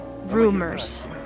rumors